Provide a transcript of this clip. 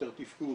יותר תפקוד,